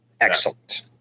Excellent